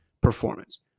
performance